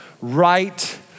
right